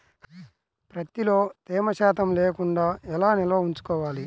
ప్రత్తిలో తేమ శాతం లేకుండా ఎలా నిల్వ ఉంచుకోవాలి?